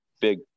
big